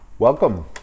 Welcome